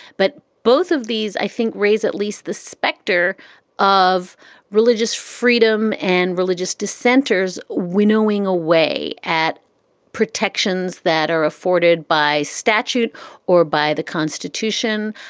but both of these, i think, raise at least the specter of religious freedom and religious dissenters winnowing away at protections that are afforded by statute or by the constitution,